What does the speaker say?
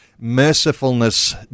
mercifulness